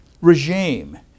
regime